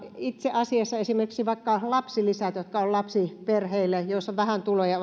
itse asiassa esimerkiksi vaikka lapsilisien jotka ovat todella tärkeitä lapsiperheille joissa on vähän tuloja